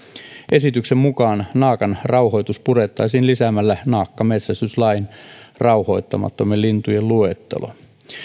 esityksen mukaan naakan rauhoitus purettaisiin lisäämällä naakka metsästyslain rauhoittamattomien lintujen luetteloon